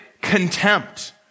contempt